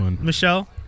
Michelle